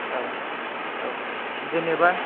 औ औ जेनेबा